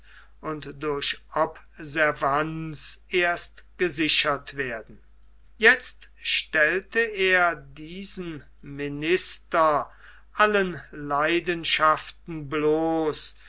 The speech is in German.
und durch observanz erst gesichert werden jetzt stellte er diesen minister allen leidenschaften bloß